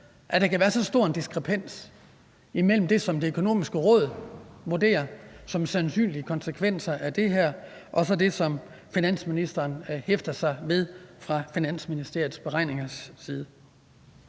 der kan være så stor en diskrepans imellem det, som Det Økonomiske Råd vurderer som sandsynlige konsekvenser af det her, og så det, som finansministeren hæfter sig ved i Finansministeriets beregninger. Kl.